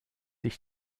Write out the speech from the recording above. ich